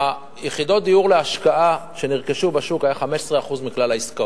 יחידות הדיור להשקעה שנרכשו בשוק היו 15% מכלל העסקאות.